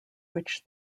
which